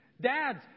Dads